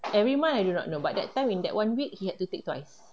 every month I do not know but that time in that one week he had to take twice